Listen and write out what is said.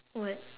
what